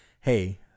Hey